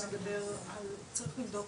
צריך לבדוק